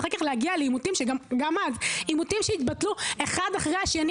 ואחר כך להגיע לעימותים שהתבטלו אחד אחרי השני.